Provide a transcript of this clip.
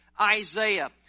Isaiah